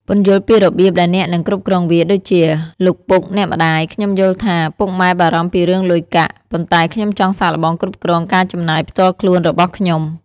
ពន្យល់ពីរបៀបដែលអ្នកនឹង គ្រប់គ្រងវា ដូចជា "លោកពុក អ្នកម្ដាយ ខ្ញុំយល់ថាពុកម៉ែបារម្ភពីរឿងលុយកាក់ ប៉ុន្តែខ្ញុំចង់សាកល្បងគ្រប់គ្រងការចំណាយផ្ទាល់ខ្លួនរបស់ខ្ញុំ។